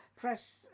press